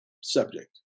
subject